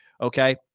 okay